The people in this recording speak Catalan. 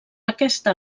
aquesta